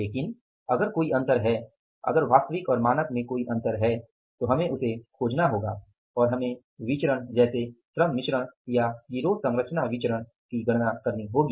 लेकिन अगर कोई अंतर है तो हमें उसे खोजना होगा और हमें विचरण जैसे श्रम मिश्रण या गिरोह सरंचना विचरण की गणना करनी होगी